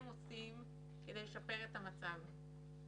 אי-אפשר לשאת את המראות האלה שראינו,